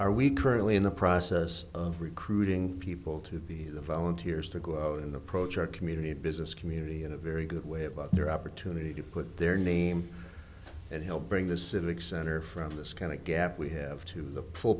are we currently in the process of recruiting people to be volunteers to go out and approach our community business community in a very good way about their opportunity to put their name and he'll bring the civic center from this kind of gap we have to